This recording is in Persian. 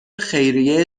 خیریه